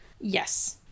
Yes